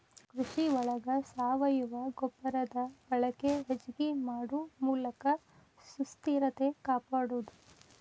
ಕೃಷಿ ಒಳಗ ಸಾವಯುವ ಗೊಬ್ಬರದ ಬಳಕೆ ಹೆಚಗಿ ಮಾಡು ಮೂಲಕ ಸುಸ್ಥಿರತೆ ಕಾಪಾಡುದು